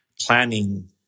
planning